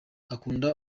akunda